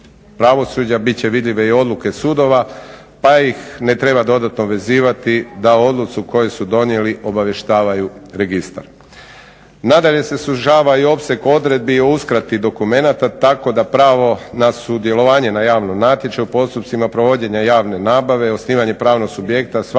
pravosuđa bit će vidljive i odluke sudova pa ih ne treba dodatno vezivati da o odluci koju su donijeli obavještavaju registar. Nadalje, sužava se i opseg odredbi o uskrati dokumenata tako da pravo na sudjelovanje na javnom natječaju u postupcima provođenja javne nabave, osnivanje pravnog subjekta, svaka